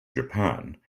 japan